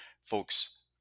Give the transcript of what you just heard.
folks